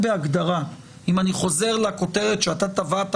אם אני חוזר לכותרת שאתה טבעת